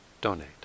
donate